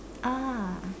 ah